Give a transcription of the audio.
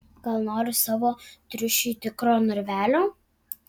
gal nori savo triušiui tikro narvelio